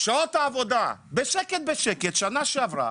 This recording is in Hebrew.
שעות העבודה, בשקט, בשקט, שנה שעברה,